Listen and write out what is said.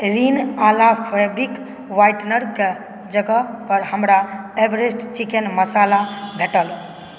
रिन अला fabric whitener कए जगह पर हमरा एवेरेस्ट चिकेन मसाला भेटल